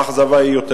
האכזבה יותר גדולה.